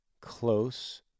close